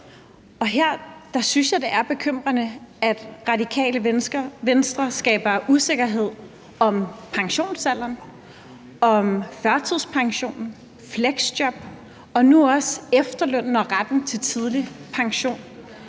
her synes jeg, det er bekymrende, at Radikale Venstre skaber usikkerhed om pensionsalderen, førtidspensionen, fleksjob og nu også efterlønnen og retten til tidlig pension.